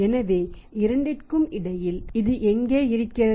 எனவே இரண்டிற்கும் இடையில் இது எங்கோ இருக்கிறது